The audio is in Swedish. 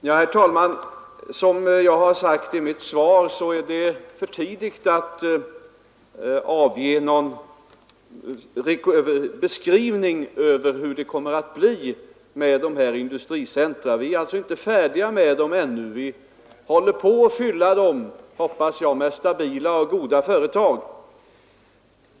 Herr talman! Som jag har sagt i mitt svar är det för tidigt att lämna någon redovisning av hur det kommer att bli med dessa industricentra. Vi är inte färdiga med dem ännu. Vi håller på att fylla dem med, hoppas jag, stabila och goda företag.